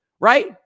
right